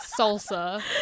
salsa